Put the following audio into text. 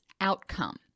outcome